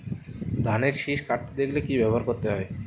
ধানের শিষ কাটতে দেখালে কি ব্যবহার করতে হয়?